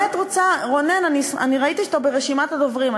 רונן, אני ראיתי שאתה ברשימת הדוברים.